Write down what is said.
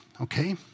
okay